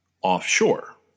offshore